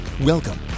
Welcome